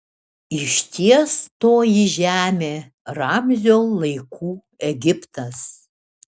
išties toji žemė ramzio laikų egiptas